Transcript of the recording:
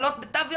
הקלות בתו ירוק,